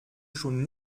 schon